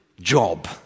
job